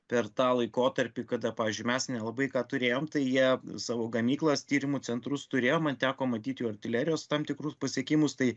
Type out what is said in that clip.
per tą laikotarpį kada pavyzdžiui mes nelabai ką turėjom tai jie savo gamyklas tyrimų centrus turėjo man teko matyt jų artilerijos tam tikrus pasiekimus tai